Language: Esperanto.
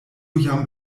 jam